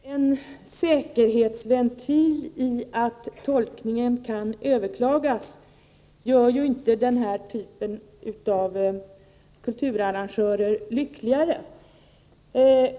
Herr talman! En säkerhetsventil i att tolkningen kan överklagas gör inte den här typen av kulturarrangörer lyckligare.